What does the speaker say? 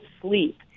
sleep